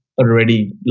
already